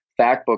Factbook